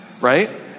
right